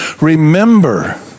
remember